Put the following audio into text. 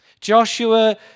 Joshua